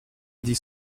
dix